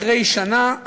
אחרי שנה,